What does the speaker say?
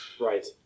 Right